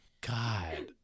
God